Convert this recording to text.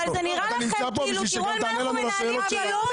זה נראה לכם כאילו הוא אמר את זה?